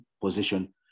position